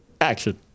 action